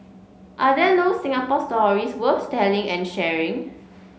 are there no Singapore stories worth telling and sharing